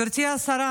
גברתי השרה,